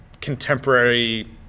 contemporary